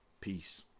Peace